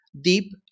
Deep